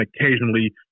occasionally